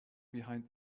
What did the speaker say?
behind